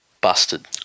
busted